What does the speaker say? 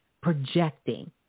projecting